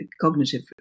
cognitive